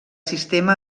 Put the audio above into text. sistema